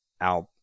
out